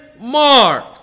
mark